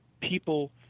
people